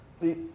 See